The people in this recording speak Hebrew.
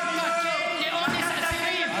בטייבה,